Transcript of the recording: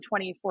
2014